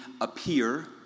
appear